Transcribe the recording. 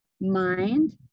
mind